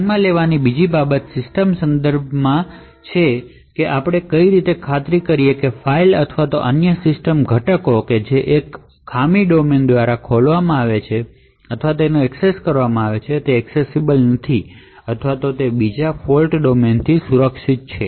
ધ્યાનમાં લેવાની બીજી બાબત સિસ્ટમ સંસાધનોના સંદર્ભમાં છે કે આપણે કેવી રીતે ખાતરી કરીશું કે ફાઇલો અથવા અન્ય સિસ્ટમ ઘટકો કે જે એક ફોલ્ટ ડોમેન દ્વારા ખોલવામાં આવે છે અથવા એક્સેસ થાય છે તે એક્સેસ ન થાય અથવા બીજા ફોલ્ટ ડોમેનથી સુરક્ષિત છે